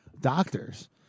doctors